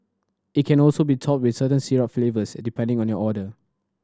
it can also be topped with certain syrup flavours depending on your order